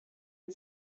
and